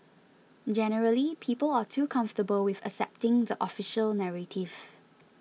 generally people are too comfortable with accepting the official narrative